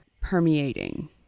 permeating